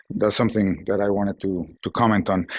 that's something that i wanted to to comment on.